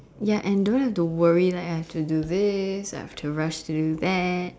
ya and don't have to worry like I have to do this I have to rush to do that